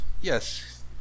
Yes